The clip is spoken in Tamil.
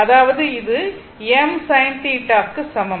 அதாவது இது m sin θ க்கு சமம்